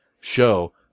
show